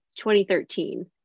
2013